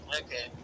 Okay